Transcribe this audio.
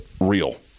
real